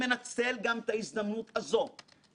שלדעתי היה שר אוצר מעולה,